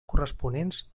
corresponents